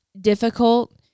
difficult